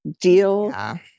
deal